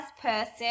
person